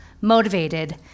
motivated